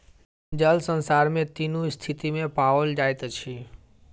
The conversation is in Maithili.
जल संसार में तीनू स्थिति में पाओल जाइत अछि